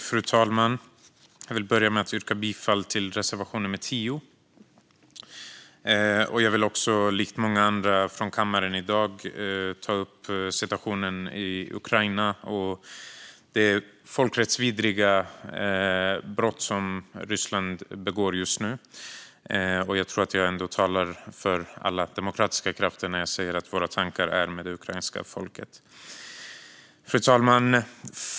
Fru talman! Jag vill börja med att yrka bifall till reservation nummer 10. Likt många andra här i kammaren i dag vill även jag ta upp situationen i Ukraina och det folkrättsvidriga brott som Ryssland begår just nu. Jag tror att jag talar för alla demokratiska krafter när jag säger att våra tankar är med det ukrainska folket. Fru talman!